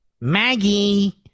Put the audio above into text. Maggie